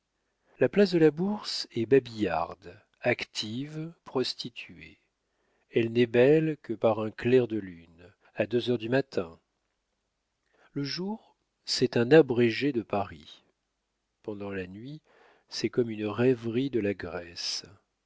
la place de la bourse est babillarde active prostituée elle n'est belle que par un clair de lune à deux heures du matin le jour c'est un abrégé de paris pendant la nuit c'est comme une rêverie de la grèce